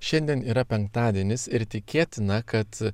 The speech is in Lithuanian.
šiandien yra penktadienis ir tikėtina kad